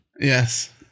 Yes